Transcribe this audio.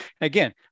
Again